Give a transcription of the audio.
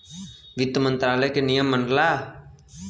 वित्त मंत्रालय के नियम मनला